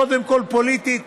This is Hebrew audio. קודם כול, פוליטית,